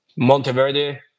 Monteverde